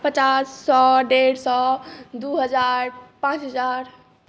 पचास सए डेढ़ सए दू हजार पाँच हजार